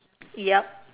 ya